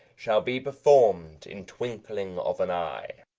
shall be perform'd in twinkling of an eye.